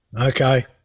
Okay